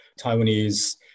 Taiwanese